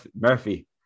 murphy